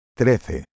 trece